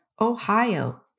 Ohio